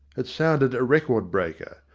it sounded a record breaker.